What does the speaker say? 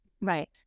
Right